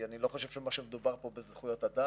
כי אני לא חושב שמה שמדובר פה זה זכויות אדם.